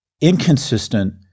inconsistent